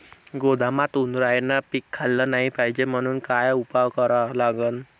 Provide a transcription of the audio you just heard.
गोदामात उंदरायनं पीक खाल्लं नाही पायजे म्हनून का उपाय करा लागन?